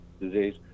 disease